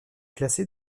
classée